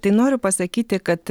tai noriu pasakyti kad